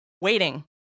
waiting